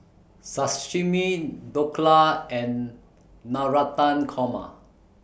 Sashimi Dhokla and Navratan Korma